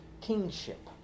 kingship